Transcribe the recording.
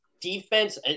defense –